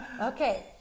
okay